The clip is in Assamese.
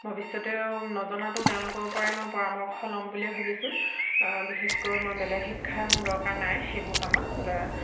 ভৱিষ্যতেও নজনাটো তেওঁলোকৰ পৰাই মই পৰামৰ্শ ল'ম বুলিয়েই ভাবিছোঁ বিশেষকৈ মই বেলেগ শিক্ষাৰ মোৰ দৰকাৰ নাই সেইবোৰ কামত